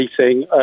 meeting